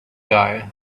guy